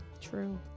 True